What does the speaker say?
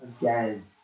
Again